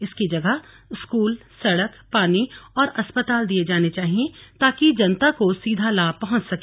इसकी जगह स्कूल सड़क पानी और अस्पताल दिए जाने चाहिए ताकि जनता को सीधा लाभ पहुंच सके